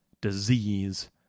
disease